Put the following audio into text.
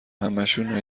همشونو